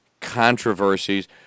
controversies